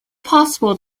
possible